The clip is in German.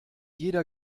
jeder